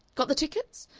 got the tickets?